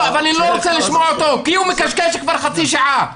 אבל אני לא רוצה לשמוע אותו כי הוא מקשקש כבר חצי שעה.